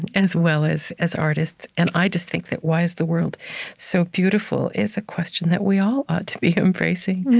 and as well as as artists. and i just think that why is the world so beautiful? is a question that we all ought to be embracing